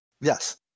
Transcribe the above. Yes